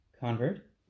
convert